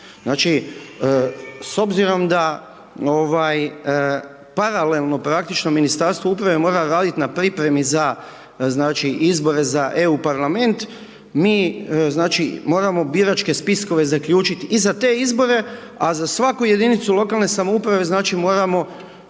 Znači, s obzirom da, ovaj, paralelno praktično Ministarstvo uprave mora raditi na pripremi za, znači, izbore za EU parlament, mi, znači, moramo biračke spiskove zaključiti i za te izbore, a za svaku jedinicu lokalne samouprave, znači,